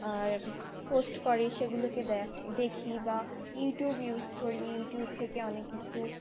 আর post করে সেগুলোকে দেখি বা ইউটিউব ইউস করি ইউটিউব থেকে অনেক কিছু